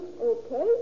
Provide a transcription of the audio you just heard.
Okay